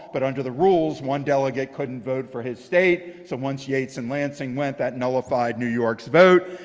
but under the rules one delegate couldn't vote for his state. so once yates and lansing went, that nullified new york's vote.